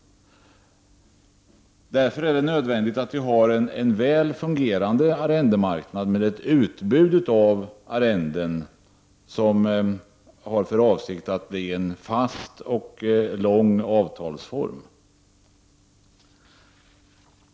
Därför är det nödvändigt med en väl fungerande arrendemarknad, med ett utbud av arrenden, som är avsedda att bli en fast och långsiktig avtalsform.